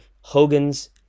Hogan's